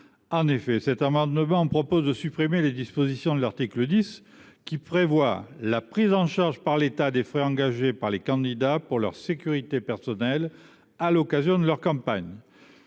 Stanzione. Cet amendement vise à supprimer les dispositions de l’article 10 qui prévoient la prise en charge par l’État des frais engagés par les candidats pour leur sécurité personnelle à l’occasion de leur campagne.